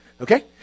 Okay